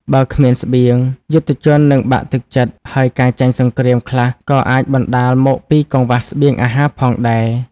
បើគ្មានស្បៀង យុទ្ធជននឹងបាក់ទឹកចិត្ត ហើយការចាញ់សង្គ្រាមខ្លះក៏អាចបណ្តាលមកពីកង្វះស្បៀងអាហារផងដែរ ។